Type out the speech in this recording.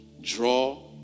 draw